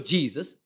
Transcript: Jesus